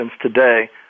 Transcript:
today